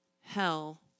hell